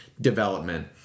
development